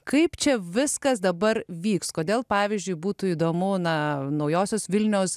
kaip čia viskas dabar vyks kodėl pavyzdžiui būtų įdomu na naujosios vilnios